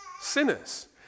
sinners